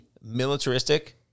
militaristic